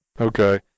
okay